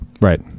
Right